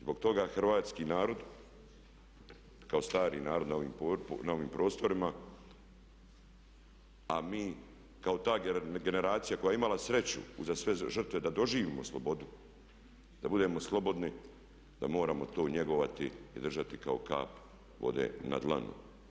Zbog toga hrvatski narod kao stari narod na ovim prostorima a mi kao ta generacija koja je imala sreću uza sve žrtve da doživimo slobodu, da budemo slobodni da moramo to njegovati i držati kao kap vode na dlanu.